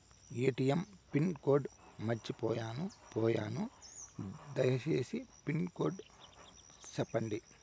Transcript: ATM pin code మర్చిపోయాను పోయాను దయసేసి పిన్ కోడ్ సెప్పండి?